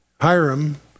Hiram